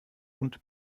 und